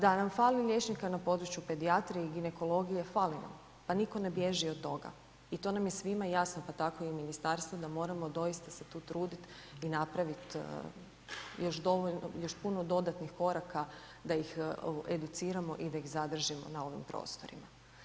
Da nam fali liječnika na području pedijatrije i ginekologije, fali na, pa niko ne bježi od toga i to nam je svima jasno pa tako i ministarstvu da se moramo doista tu truditi i napraviti još puno dodatnih koraka da ih educiramo i da ih zadržimo na ovim prostorima.